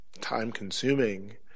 time-consuming